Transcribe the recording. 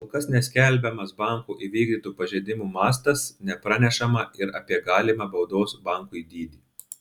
kol kas neskelbiamas banko įvykdytų pažeidimų mastas nepranešama ir apie galimą baudos bankui dydį